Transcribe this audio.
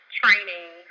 training